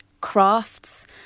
crafts